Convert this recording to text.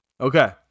okay